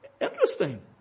Interesting